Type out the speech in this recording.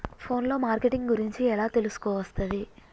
Phone లో marketing గురించి ఎలా తెలుసుకోవస్తది?